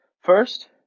first